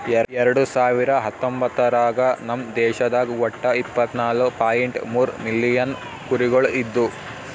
ಎರಡು ಸಾವಿರ ಹತ್ತೊಂಬತ್ತರಾಗ ನಮ್ ದೇಶದಾಗ್ ಒಟ್ಟ ಇಪ್ಪತ್ನಾಲು ಪಾಯಿಂಟ್ ಮೂರ್ ಮಿಲಿಯನ್ ಕುರಿಗೊಳ್ ಇದ್ದು